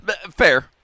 Fair